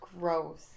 gross